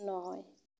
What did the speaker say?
নহয়